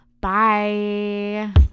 Bye